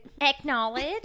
acknowledge